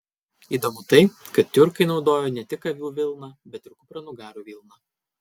įdomu tai kad tiurkai naudojo ne tik avių vilną bet ir kupranugarių vilną